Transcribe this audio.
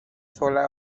sola